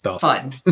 fun